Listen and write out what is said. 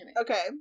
Okay